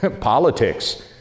politics